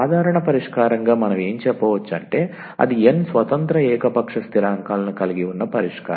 సాధారణ పరిష్కారంగా మనం ఏమి చెప్పవచ్చు అంటే అది n స్వతంత్ర ఏకపక్ష స్థిరాంకాలను కలిగి ఉన్న పరిష్కారం